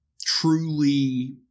truly